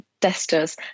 testers